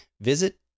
visit